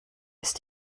ist